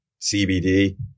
CBD